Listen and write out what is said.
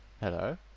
Hello